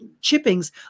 chippings